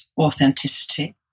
authenticity